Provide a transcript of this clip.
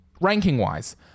Ranking-wise